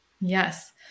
Yes